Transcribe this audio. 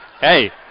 hey